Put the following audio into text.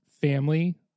family